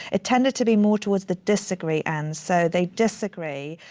it tended to be more towards the disagree end, so they disagree.